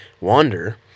wander